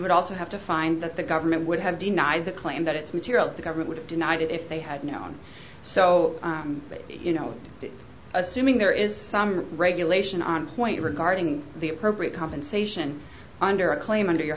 would also have to find that the government would have denied the claim that it's material that the government would deny that if they had known so you know assuming there is some regulation on point regarding the appropriate compensation under a claim under your